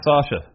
Sasha